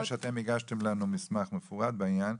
אני רוצה לציין שאתם הגשתם לנו מסמך מפורט בעניין,